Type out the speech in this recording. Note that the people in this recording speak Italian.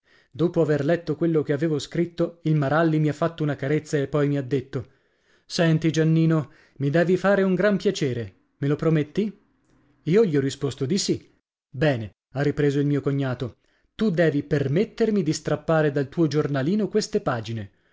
dopo aver letto quello che avevo scritto il maralli mi ha fatto una carezza e poi mi ha detto senti giannino mi devi fare un gran piacere me lo prometti io gli ho risposto di sì bene ha ripreso il mio cognato tu devi permettermi di strappare dal tuo giornalino queste pagine